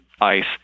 Ice